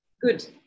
Good